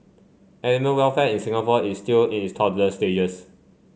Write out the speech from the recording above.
animal welfare in Singapore is still in its toddler stages